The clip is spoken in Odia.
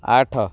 ଆଠ